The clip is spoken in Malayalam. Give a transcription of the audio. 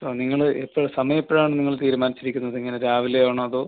ഇപ്പം നിങ്ങൾ ഇപ്പോൾ സമയം എപ്പോഴാണ് നിങ്ങൾ തീരുമാനിച്ചിരിക്കുന്നത് ഇങ്ങനെ രാവിലെയാണോ അതോ